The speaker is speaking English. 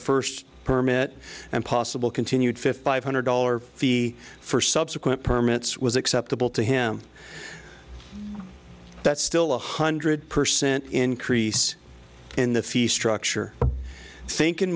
first permit and possible continued fifty five hundred dollars fee for subsequent permits was acceptable to him that's still one hundred percent increase in the fees structure i think in